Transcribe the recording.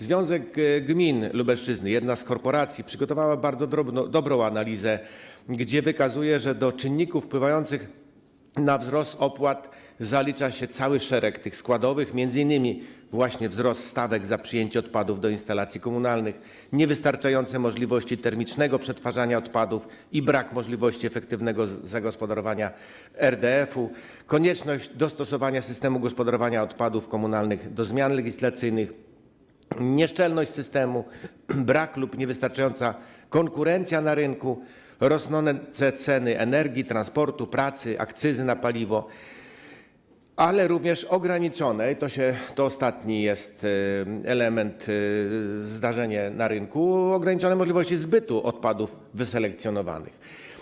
Związek Gmin Lubelszczyzny, jedna z korporacji, przygotował bardzo dobrą analizę, w której wykazuje się, że do czynników wpływających na wzrost opłat zalicza się cały szereg składowych, m.in. właśnie wzrost stawek za przyjęcie odpadów do instalacji komunalnych, niewystarczające możliwości termicznego przetwarzania odpadów i brak możliwości efektywnego zagospodarowania RDF-u, konieczność dostosowania systemu gospodarowania odpadami komunalnymi do zmian legislacyjnych, nieszczelność systemu, brak konkurencji na rynku lub niewystarczająca konkurencja, rosnące ceny energii, transportu, pracy, akcyzy na paliwo, ale również ograniczone - to jest ostatni taki element, zdarzenie na rynku - możliwości zbytu odpadów wyselekcjonowanych.